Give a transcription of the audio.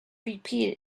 repeated